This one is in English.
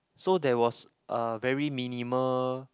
so there was a very minimal